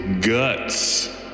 Guts